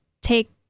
take